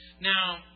Now